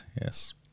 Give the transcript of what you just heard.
Yes